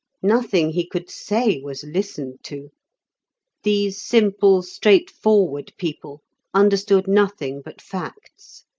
nothing he could say was listened to these simple, straightforward people understood nothing but facts,